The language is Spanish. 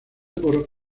por